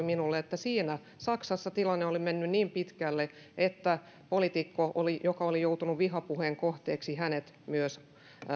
minulle että saksassa tilanne oli mennyt niin pitkälle että poliitikko joka oli joutunut vihapuheen kohteeksi myös